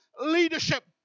leadership